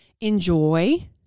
enjoy